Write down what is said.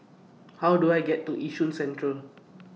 How Do I get to Yishun Central